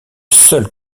seul